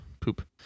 poop